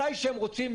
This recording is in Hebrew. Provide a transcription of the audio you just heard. מתי שהם רוצים,